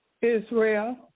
Israel